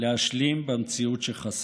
להשלים במציאות שחסרה.